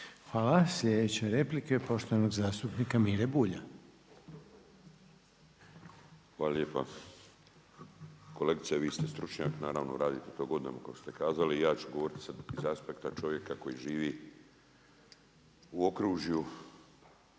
Hvala. Sljedeća replika poštovanog zastupnika Mire Bulja. **Bulj, Miro (MOST)** Hvala lijepo. Kolegice vi ste stručnjak, naravno radite što god nam ukazali i ja ću govoriti sa aspekta čovjeka koji živi u okružju